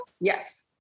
Yes